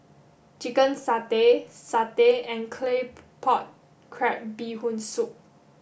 chicken satay satay and claypot crab bee hoon soup